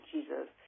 Jesus